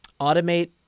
automate